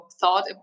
thought